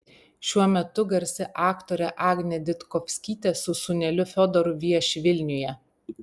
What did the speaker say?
šiuo metu garsi aktorė agnė ditkovskytė su sūneliu fiodoru vieši vilniuje